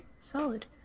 solid